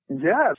Yes